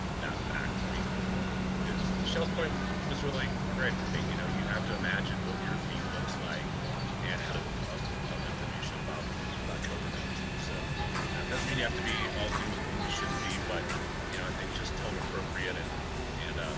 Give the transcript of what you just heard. that fact be is michelle's point um was really great hey you know you have to imagine what your feet looks like and head of of information about about koba nineteen so now it doesn't mean you have to be all doom and gloom you shouldn't be but you know i think just tone appropriate and and um